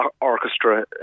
orchestra